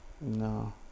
no